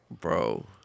Bro